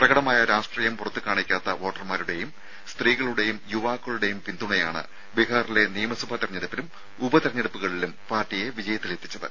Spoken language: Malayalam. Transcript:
പ്രകടമായ രാഷ്ട്രീയം പുറത്ത് കാണിക്കാത്ത വോട്ടർമാരുടെയും സ്ത്രീകളുടെയും യുവാക്കളുടെയും പിന്തുണയാണ് ബീഹാറിലെ നിയമസഭാ തെരഞ്ഞെടുപ്പിലും ഉപതെരഞ്ഞെടുപ്പുകളിലും പാർട്ടിയെ വിജയത്തിലെത്തിച്ചത്